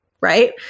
right